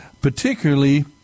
particularly